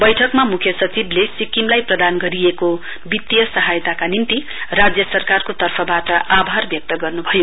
बैठकमा मुख्य सचिवले सिक्किमलाई प्रदान गरिएको वित्तीय सहयाताका निम्ति राज्य सरकारको तर्फवाट आभार व्यक्त गर्नुभयो